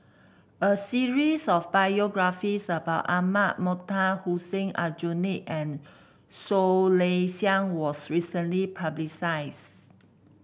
a series of biographies about Ahmad Mattar Hussein Aljunied and Soh Kay Siang was recently publishes